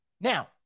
Now